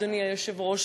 אדוני היושב-ראש,